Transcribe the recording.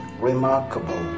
remarkable